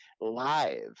live